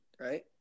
right